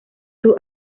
sus